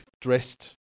dressed